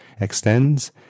extends